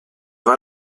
war